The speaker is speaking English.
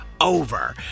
over